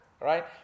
Right